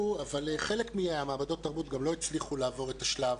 חלק ממעבדות התרבות גם לא הצליחו לעבור את השלב